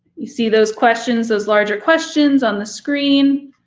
you see those questions, those larger questions on the screen?